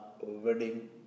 wedding